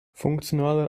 funktionaler